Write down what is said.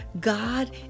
God